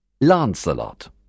Lancelot